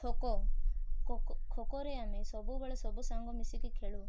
ଖୋ ଖୋ ଖୋ ଖୋ କରେ ଆମେ ସବୁବେଳେ ସବୁ ସାଙ୍ଗ ମିଶିକି ଖେଳୁ